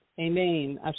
Amen